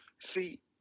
See